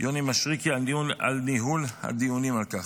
יוני מישרקי על ניהול הדיונים על כך,